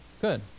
Good